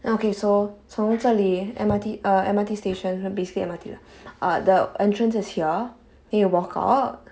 now okay so 从这里 M_R_T uh M_R_T station basically M_R_T lah uh the entrance is here then you walk out